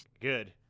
Good